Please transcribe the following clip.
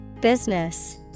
Business